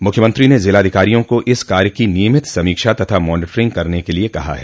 मुख्यमंत्री ने जिलाधिकारियों को इस कार्य की नियमित समीक्षा तथा मॉनिटरिंग करने के लिए कहा है